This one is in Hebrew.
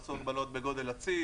עשו הגבלות בגודל הצי,